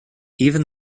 even